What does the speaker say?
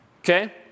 Okay